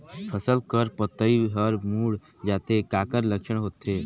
फसल कर पतइ हर मुड़ जाथे काकर लक्षण होथे?